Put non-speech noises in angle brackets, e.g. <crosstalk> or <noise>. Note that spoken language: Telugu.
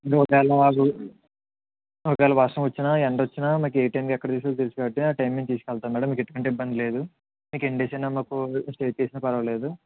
<unintelligible> ఒకవేళ వర్షం వచ్చినా ఎండ వచ్చినా మాకు ఏ టైంలో ఎక్కడికి తీసుకెళ్ళాలో తెలుసు కాబట్టి ఆ టైంకి మేం తీసుకెళ్తాను మ్యాడమ్ మీకు ఎటువంటి ఇబ్బంది లేదు మీకు ఎన్ని డేస్ అయినా మాకు స్టే చేసిన పర్వాలేదు